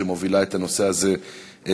שמובילה את הנושא הזה בגאון.